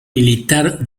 militar